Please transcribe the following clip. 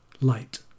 light